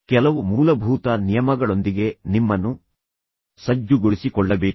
ಕೆಲವು ಮೂಲಭೂತ ನಿಯಮಗಳೊಂದಿಗೆ ನಿಮ್ಮನ್ನು ಸಜ್ಜುಗೊಳಿಸಿಕೊಳ್ಳಬೇಕು